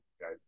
guys